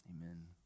amen